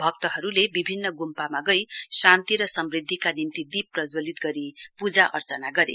भक्तहरूले विभिन्न गुम्पामा गई शान्ति र समुद्धिका निम्ति दीप प्रज्जवलित गरी पूजा अर्चना गरे